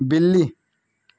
بلی